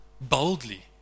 Boldly